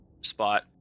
spot